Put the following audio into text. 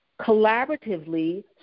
collaboratively